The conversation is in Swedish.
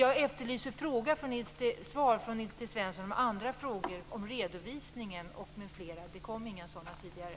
Jag efterlyser svar från Nils T Svensson på mina andra frågor om bl.a. redovisningen. Jag fick inga svar på de frågorna tidigare.